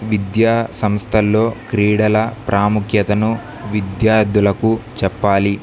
విద్యా సంస్థల్లో క్రీడల ప్రాముఖ్యతను విద్యార్థులకు చెప్పాలి